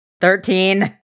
Thirteen